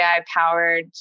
AI-powered